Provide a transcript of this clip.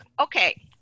Okay